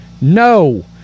No